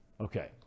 okay